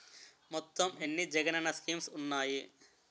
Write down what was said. మొత్తం ఎన్ని జగనన్న స్కీమ్స్ ఉన్నాయి?